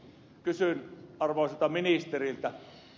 kysyn arvoisalta ministeriltä